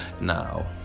Now